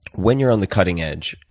when you're on the cutting edge,